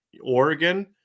Oregon